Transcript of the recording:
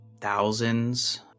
thousands